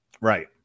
Right